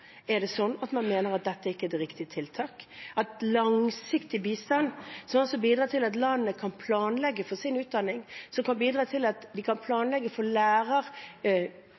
Er det sånn at man mener dette ikke er et riktig tiltak, at langsiktig bistand – som bidrar til at landene kan planlegge for sin utdanning, planlegge for læreropptreningen, som gjør at de